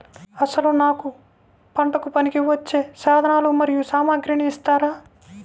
అసలు నాకు పంటకు పనికివచ్చే సాధనాలు మరియు సామగ్రిని ఇస్తారా?